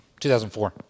2004